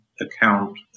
account